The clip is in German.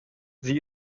sie